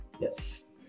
yes